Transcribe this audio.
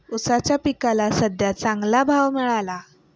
ऊसाच्या पिकाला सद्ध्या चांगला भाव मिळाला